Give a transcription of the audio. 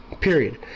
period